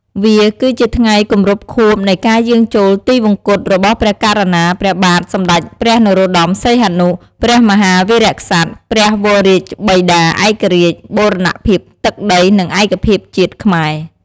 វាគឺជាថ្ងៃគម្រប់ខួបនៃការយាងចូលទិវង្គតរបស់ព្រះករុណា ព្រះបាទសម្ដេចព្រះនរោត្ដម សីហនុ ព្រះមហាវីរក្សត្រ ព្រះវររាជបិតាឯករាជ្យ បូរណភាពទឹកដី និងឯកភាពជាតិខ្មែរ។